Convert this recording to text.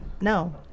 No